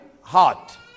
heart